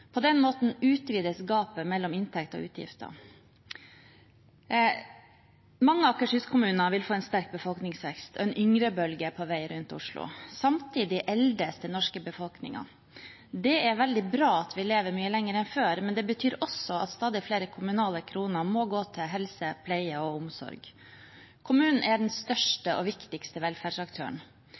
På den måten utvides gapet mellom inntektene og utgiftene. Mange Akershus-kommuner vil få en sterk befolkningsvekst. En yngrebølge er på vei rundt Oslo. Samtidig eldes den norske befolkningen. Det er veldig bra at vi lever mye lenger enn før, men det betyr også at stadig flere kommunale kroner må gå til helse, pleie og omsorg. Kommunen er den største og viktigste velferdsaktøren.